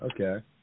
Okay